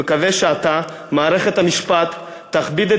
אני מקווה שעתה מערכת המשפט תכביד את